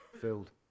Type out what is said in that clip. filled